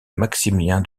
maximilien